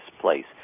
place